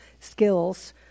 skills